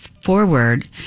forward